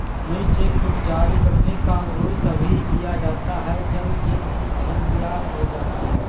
नई चेकबुक जारी करने का अनुरोध तभी किया जाता है जब चेक बुक भर या खो जाती है